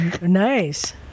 nice